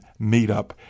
meetup